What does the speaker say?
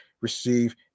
receive